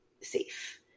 safe